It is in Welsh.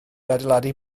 adeiladu